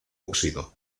óxido